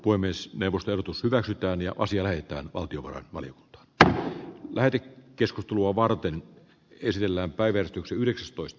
voi myös deva kellutus hyväksyttäviä asioita on juha malin br läpi keskustelua varten esillä päivän kankaanniemen aloitetta